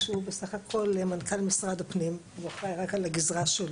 שהוא ממשרד הפנים ואחראי על רק הגזרה שלו,